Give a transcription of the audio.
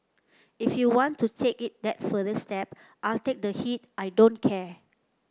if you want to take it that further step I'll take the heat I don't care